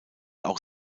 auch